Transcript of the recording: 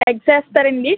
eggs వేస్తారాండీ